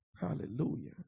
Hallelujah